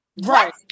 right